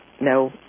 no